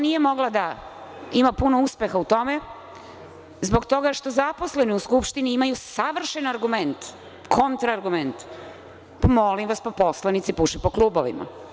Nije mogla da ima puno uspeha u tome, zbog toga što zaposleni u Skupštini imaju savršen argument, kontraargument - pa, molim vas, pa poslanici puše po klubovima.